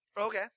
Okay